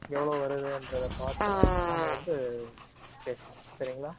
எவ்வளோ வருதுன்றதை பார்த்து நம்ம வந்து பேசலாம் சரிங்களா